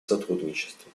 сотрудничеству